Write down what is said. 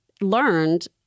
learned